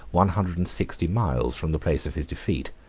one hundred and sixty miles from the place of his defeat.